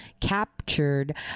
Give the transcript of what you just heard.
captured